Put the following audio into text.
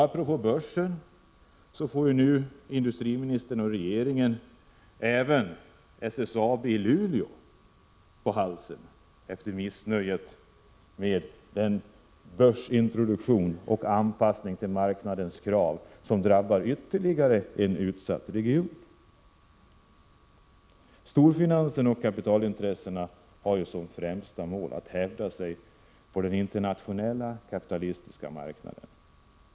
Apropå börsen får nu industriministern och regeringen även SSAB i Luleå på halsen, efter missnöjet med börsintroduktionen och anpassningen till marknadens krav som drabbar ytterligare en utsatt region. Storfinansen och kapitalintressena har som främsta mål att hävda sig på den internationella kapitalistiska marknaden.